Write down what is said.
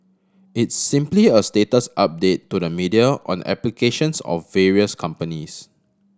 it's simply a status update to the media on the applications of various companies